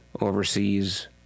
overseas